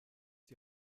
die